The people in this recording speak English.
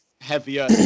heavier